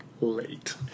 late